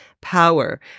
power